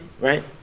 right